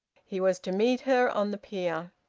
he was to meet her on the pier.